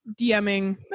DMing